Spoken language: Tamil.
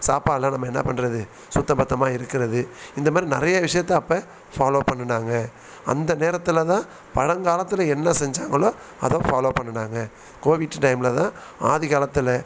சாப்பாடெலாம் நம்ம என்ன பண்ணுறது சுத்தபத்தமாக இருக்கிறது இந்த மாதிரி நிறைய விஷயத்தை அப்போ ஃபாலோவ் பண்ணின்னாங்க அந்த நேரத்தில் தான் பழங்காலத்தில் என்ன செஞ்சாங்களோ அதை ஃபாலோவ் பண்ணின்னாங்க கோவிட்டு டைமில் தான் ஆதி காலத்தில்